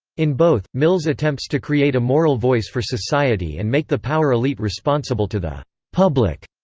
in both, mills attempts to create a moral voice for society and make the power elite responsible to the public.